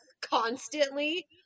constantly